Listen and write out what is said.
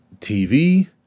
TV